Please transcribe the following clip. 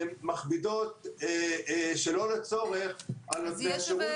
והן ומכבידות שלא לצורך על נותני השרות.